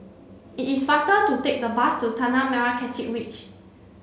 it is faster to take the bus to Tanah Merah Kechil Ridge